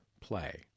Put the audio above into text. play